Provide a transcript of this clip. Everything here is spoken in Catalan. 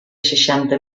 seixanta